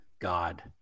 God